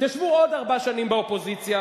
תשבו עוד ארבע שנים באופוזיציה,